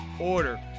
order